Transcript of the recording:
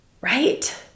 right